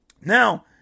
Now